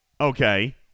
Okay